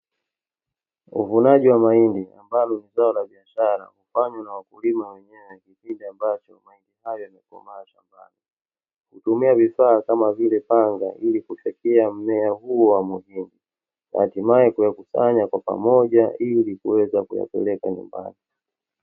Uvunaji wa mahindi ambao ni zao la biashara unaofanywa na wakulima wenyewe kwenye kipindi ambacho mahindi hayo yamekomaa shambani. Hutumia vifaa kama vile panga ili kufyekea mmea huo wa mhindi, hatimaye kuyakusanya kwa pamoja ili kuweza kuyapeleka kwenye nyumbani.